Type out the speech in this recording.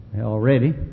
already